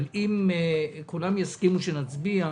אבל אם כולם יסכימו שנצביע,